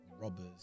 robbers